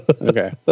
Okay